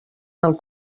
del